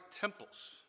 temples